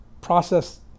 process